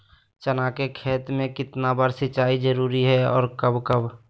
चना के खेत में कितना बार सिंचाई जरुरी है और कब कब?